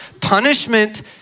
Punishment